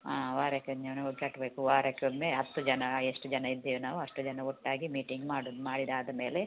ಹಾಂ ವಾರಕ್ಕೆ ಒಂದು ಜನ ಹೋಗಿ ಕಟ್ಟಬೇಕು ವಾರಕ್ಕೊಮ್ಮೆ ಹತ್ತು ಜನ ಎಷ್ಟು ಜನ ಇದ್ದೇವೆ ನಾವು ಅಷ್ಟು ಜನ ಒಟ್ಟಾಗಿ ಮೀಟಿಂಗ್ ಮಾಡೋದು ಮಾಡಿದ ಆದಮೇಲೆ